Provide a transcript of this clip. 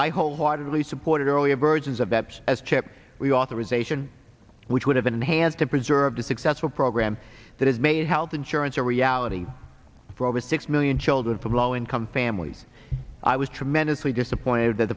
i wholeheartedly supported earlier versions of that as chip the authorization which would have been in hand to preserve the successful program that has made health insurance a reality for over six million children from low income families i was tremendously disappointed that